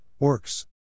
orcs